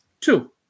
two